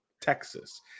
Texas